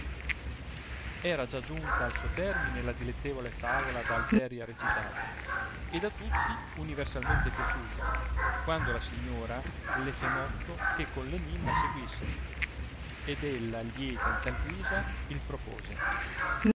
era già giunta al suo termine la dilettevole favola da viteria recitata ed a tutti universalmente piaciuta quando la signoi a le fé motto che con enimma seguisse kd ella lieta in tal guisa il propose